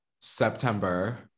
september